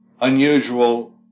unusual